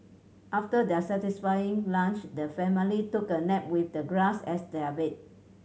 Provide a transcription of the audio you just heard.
after their satisfying lunch the family took a nap with the grass as their bed